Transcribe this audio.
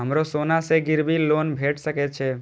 हमरो सोना से गिरबी लोन भेट सके छे?